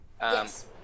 Yes